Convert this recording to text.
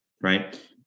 right